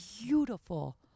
beautiful